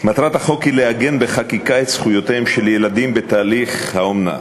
מטרת החוק היא לעגן בחקיקה את זכויותיהם של ילדים בתהליך האומנה